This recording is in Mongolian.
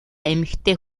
эмэгтэй